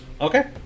Okay